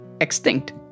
extinct